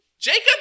Jacob